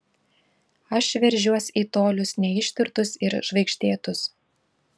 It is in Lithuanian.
aš veržiuos į tolius neištirtus ir žvaigždėtus